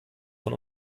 von